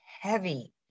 heavy